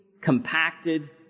compacted